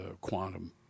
quantum